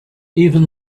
even